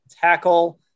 tackle